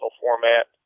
format